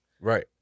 Right